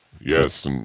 Yes